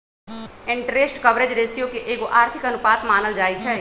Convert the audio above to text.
interest coverage ratio के एगो आर्थिक अनुपात मानल जाइ छइ